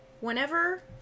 whenever